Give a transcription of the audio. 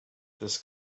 this